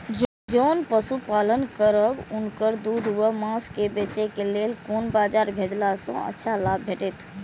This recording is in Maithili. जोन पशु पालन करब उनकर दूध व माँस के बेचे के लेल कोन बाजार भेजला सँ अच्छा लाभ भेटैत?